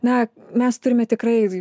na mes turime tikrai